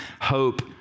hope